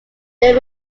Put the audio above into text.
their